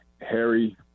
Harry